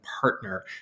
partner